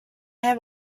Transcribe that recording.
have